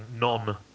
non